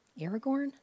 Aragorn